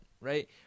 right